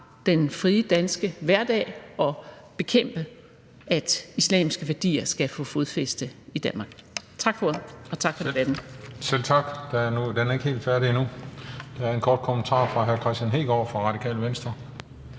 den frie danske hverdag og bekæmpe, at islamiske værdier skal få fodfæste i Danmark. Tak for ordet, og tak for debatten. Kl. 21:11 Den fg. formand (Christian Juhl): Selv tak. Vi er ikke helt færdige endnu. Der er en kort bemærkning fra hr. Kristian Hegaard, Radikale Venstre.